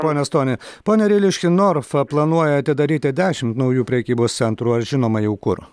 pone stoni pone ryliški norfa planuoja atidaryti dešimt naujų prekybos centrų ar žinoma jau kur